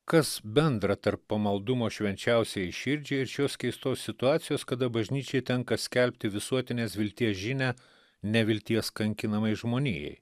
kas bendra tarp pamaldumo švenčiausiajai širdžiai ir šios keistos situacijos kada bažnyčiai tenka skelbti visuotinės vilties žinią nevilties kankinamai žmonijai